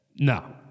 No